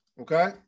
Okay